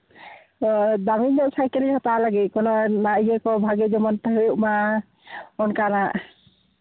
ᱚᱻ ᱫᱟᱹᱢᱤ ᱧᱚᱜ ᱥᱟᱭᱠᱮᱞᱤᱧ ᱦᱟᱛᱟᱣ ᱞᱟᱹᱜᱤᱫ ᱚᱱᱟ ᱤᱭᱟᱹ ᱠᱚ ᱵᱷᱟᱜᱮ ᱡᱮᱢᱚᱱ ᱦᱩᱭᱩᱜ ᱚᱱᱠᱟᱱᱟᱜ